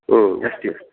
ಹ್ಞೂ ಎಸ್ ಟಿಸ್